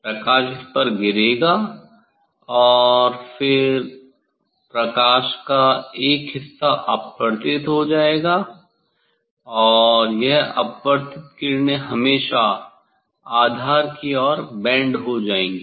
प्रकाश इस पर गिरेगा और फिर प्रकाश का एक हिस्सा अपवर्तित हो जाएगा और यह अपवर्तित किरणें हमेशा आधार की ओर बेंड हो जाती हैं